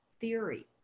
theory